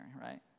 right